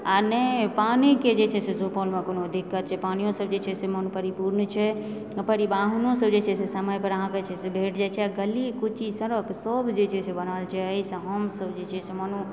आ नहि पानिके जे छै से सुपौलमे कोनो दिक्कत छै पानियो सब जे छै से परिपूर्ण छै परिवहनो सब जे छै से समय पर अहाँकेँ छै जे भेंट जाइत छै आ गली कूची सड़क सब जे छै से बनल छै एहिसँ हमसब जे छै मानू